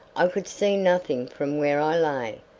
i could see nothing from where i lay,